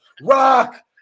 Rock